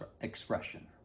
expression